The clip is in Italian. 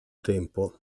tempo